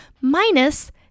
minus